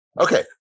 Okay